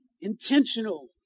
intentional